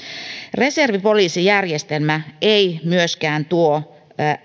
reservipoliisijärjestelmä ei myöskään tuo